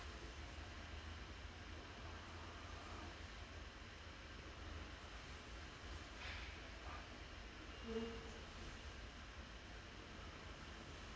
mm